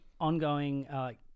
ongoing